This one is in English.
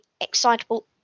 excitable